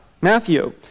Matthew